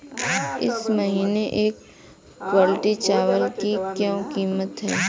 इस महीने एक क्विंटल चावल की क्या कीमत है?